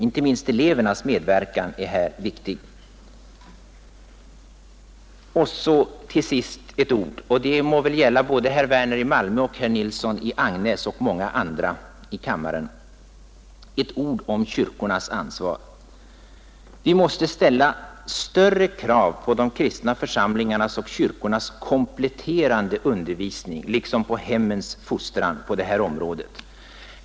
Inte minst elevernas medverkan är här viktig. Slutligen ett ord — och det må gälla herr Werner i Malmö och herr Nilsson i Agnäs liksom många andra ledamöter i kammaren — om kyrkornas ansvar. Vi måste också ställa större krav på de kristna församlingarnas och kyrkornas kompletterande undervisning liksom på hemmens fostran på detta område.